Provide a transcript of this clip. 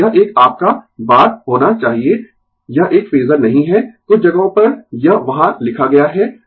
और यह एक आपका बार होना चाहिए यह एक फेजर नहीं है कुछ जगहों पर यह वहां लिखा गया है